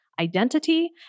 identity